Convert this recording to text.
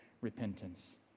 repentance